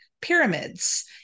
pyramids